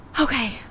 Okay